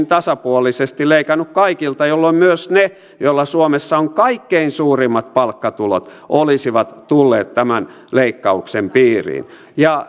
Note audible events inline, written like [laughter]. [unintelligible] tasapuolisesti leikannut kaikilta jolloin myös ne joilla suomessa on kaikkein suurimmat palkkatulot olisivat tulleet tämän leikkauksen piiriin